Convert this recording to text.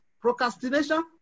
procrastination